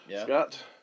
Scott